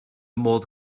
modd